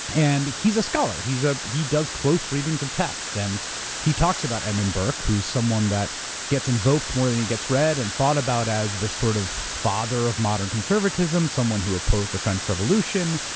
and he's a scholar. ah he does close readings of text. and he talks about edmund burke who's someone that gets invoked more than he gets read, and thought about as the sort of father of modern conservatism, someone who opposed the french revolution,